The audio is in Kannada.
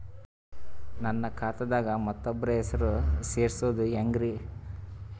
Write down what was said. ನನ್ನ ಖಾತಾ ದಾಗ ಮತ್ತೋಬ್ರ ಹೆಸರು ಸೆರಸದು ಹೆಂಗ್ರಿ?